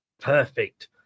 Perfect